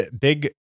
Big